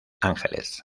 ángeles